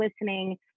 listening